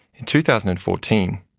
in two thousand and fourteen,